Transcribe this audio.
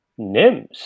Nims